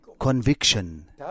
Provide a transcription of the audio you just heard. Conviction